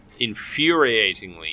infuriatingly